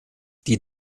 die